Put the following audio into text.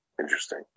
Interesting